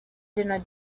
dinner